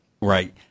right